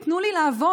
תנו לי לעבוד,